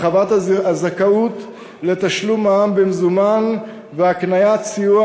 הרחבת הזכאות לתשלום מע"מ במזומן והקניית סיוע